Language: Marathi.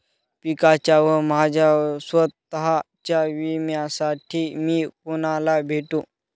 पिकाच्या व माझ्या स्वत:च्या विम्यासाठी मी कुणाला भेटू?